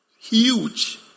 Huge